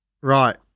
Right